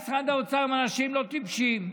במשרד האוצר האנשים לא טיפשים.